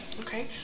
Okay